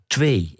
Twee